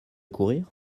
courir